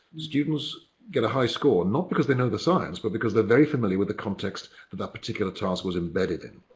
students get a high score and not because they know the science, but because they're very familiar with the context that that particular task was embedded in.